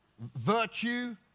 Virtue